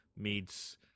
meets